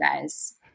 guys